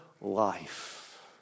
life